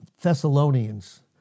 Thessalonians